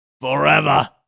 Forever